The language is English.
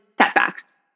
setbacks